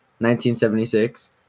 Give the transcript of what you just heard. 1976